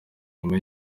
nyuma